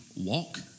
walk